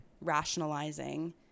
rationalizing